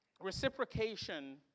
reciprocation